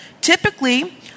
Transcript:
Typically